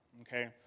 okay